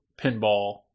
pinball